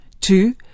Two